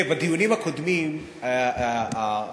תראה, בדיונים הקודמים הרשות,